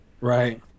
Right